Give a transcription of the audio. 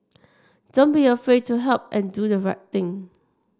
don't be afraid to help and do the right thing